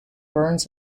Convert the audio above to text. burns